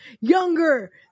Younger